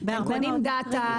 הם קונים דאטה,